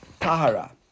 tahara